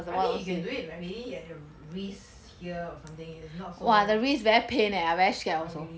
I think you can do it like maybe at the the wrist here or something it's not so really